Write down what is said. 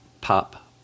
pop